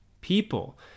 people